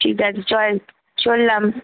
ঠিক আছে চল চললাম